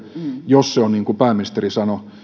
jos se on niin kuin pääministeri sanoi